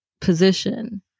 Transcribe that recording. position